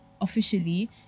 officially